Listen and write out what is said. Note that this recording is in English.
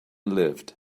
lived